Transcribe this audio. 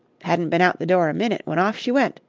hadn't been out the door a minute when off she went.